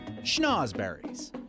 schnozberries